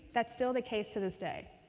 that's still the case to this day.